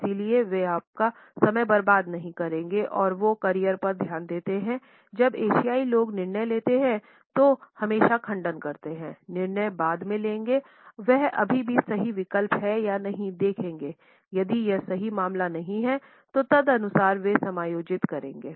इसलिए वे आपका समय बर्बाद नहीं करेंगे और वो करियर पर ध्यान देंते हैं जब एशियाई लोग निर्णय लेते हैं तो हमेशा खंडन करते हैं निर्णय बाद में लेंगे वह अभी भी सही विकल्प है या नहीं देखेंगे यदि यह सही मामला नहीं है तो तदनुसार वे समायोजित करेंगे